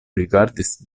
rigardis